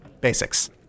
basics